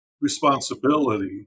responsibility